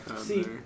See